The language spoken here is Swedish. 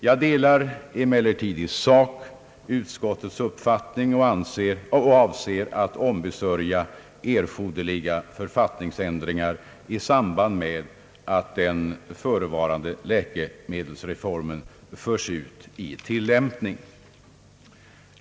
Jag delar emellertid i sak utskottets uppfattning och avser att ombesörja erforderliga författningsändringar i samband med att den förevarande läkemedelsreformen förs ut i tillämpning.